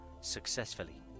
successfully